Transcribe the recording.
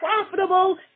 profitable